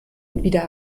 wieder